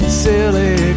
silly